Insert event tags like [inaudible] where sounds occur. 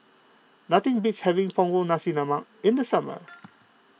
nothing beats having Punggol Nasi Lemak in the summer [noise]